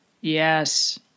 Yes